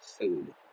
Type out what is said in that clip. food